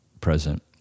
present